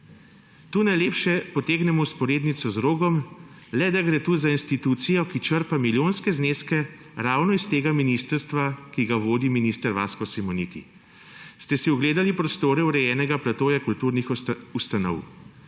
Tu najlepše potegnemo vzporednico z Rogom, samo da gre tukaj za institucijo, ki črpa milijonske zneske ravno s tega ministrstva, ki ga vodi minister Vasko Simoniti. Ste si ogledali prostore urejenega platoja kulturnih ustanov?